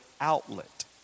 outlet